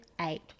eight